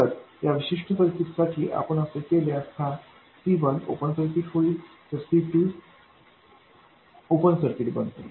तर या विशिष्ट सर्किट साठी आपण असे केल्यास हा C1ओपन सर्किट होईल तर C2ओपन सर्किट बनतो